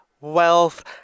wealth